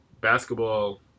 basketball